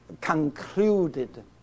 concluded